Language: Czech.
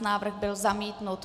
Návrh byl zamítnut.